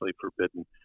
forbidden